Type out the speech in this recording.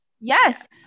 Yes